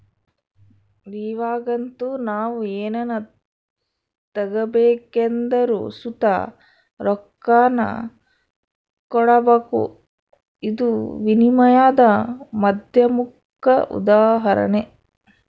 ಇವಾಗಂತೂ ನಾವು ಏನನ ತಗಬೇಕೆಂದರು ಸುತ ರೊಕ್ಕಾನ ಕೊಡಬಕು, ಇದು ವಿನಿಮಯದ ಮಾಧ್ಯಮುಕ್ಕ ಉದಾಹರಣೆ